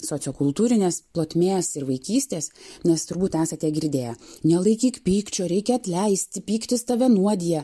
sociokultūrinės plotmės ir vaikystės nes turbūt esate girdėję nelaikyk pykčio reikia atleisti pyktis tave nuodija